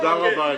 תודה רבה.